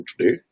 today